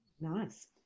Nice